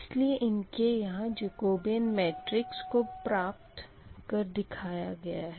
इसलिए इनके लिए यहाँ जकोबियन मेट्रिक्स को प्राप्त कर दिखाया गया है